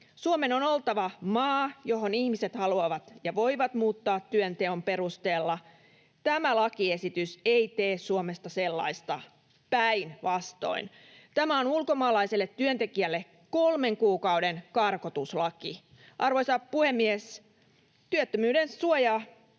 Suomen on oltava maa, johon ihmiset haluavat ja voivat muuttaa työnteon perusteella. Tämä lakiesitys ei tee Suomesta sellaista — päinvastoin. Tämä on ulkomaalaiselle työntekijälle kolmen kuukauden karkotuslaki. Arvoisa puhemies! Työttömyyden suoja-ajan